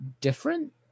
different